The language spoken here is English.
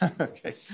okay